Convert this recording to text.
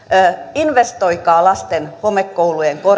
investoikaa lasten homekoulujen